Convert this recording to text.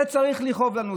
זה צריך לכאוב לנו.